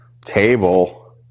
table